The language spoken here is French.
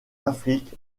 afrique